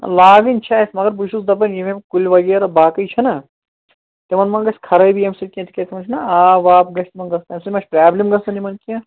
لاگٕنۍ چھِ اَسہِ مگر بہٕ چھُس دَپان یِم یِم کُلۍ وغیرٕ باقٕے چھِنَہ تِمن مَہ گَژھِ خرٲبی اَمہِ سۭتۍ کیٚنٛہہ تِکیٛازِ تِمَن چھِنَہ آب واب گَژھِ تِمَن گژھُن تَمہِ سۭتۍ مَہ چھی پرٛابلِم گژھان یِمن کیٚنٛہہ